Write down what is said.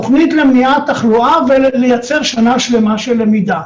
תוכנית למניעת תחלואה ולייצור שנה שלמה של למידה.